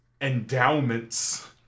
endowments